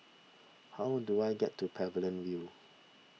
how do I get to Pavilion View